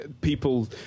people